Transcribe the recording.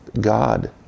God